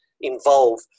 involve